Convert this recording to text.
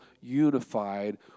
unified